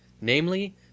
namely